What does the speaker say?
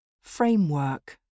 Framework